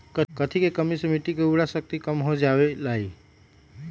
कथी के कमी से मिट्टी के उर्वरक शक्ति कम हो जावेलाई?